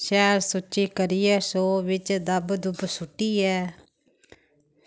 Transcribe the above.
शैल सुच्ची करियै रसोऽ बिच्च दब्ब दुब्ब सुट्टियै